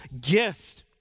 gift